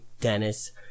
Dennis